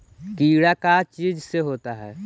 कीड़ा का चीज से होता है?